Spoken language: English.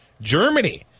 Germany